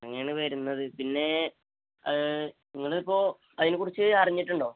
അങ്ങനെയാണ് വരുന്നത് പിന്നെ നിങ്ങളിപ്പോൾ അതിനെക്കുറിച്ച് അറിഞ്ഞിട്ടുണ്ടോ